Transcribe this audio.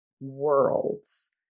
worlds